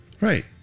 Right